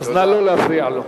אז נא לא להפריע לו.